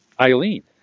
Eileen